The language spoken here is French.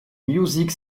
music